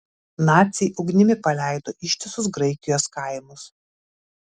naciai ugnimi paleido ištisus graikijos kaimus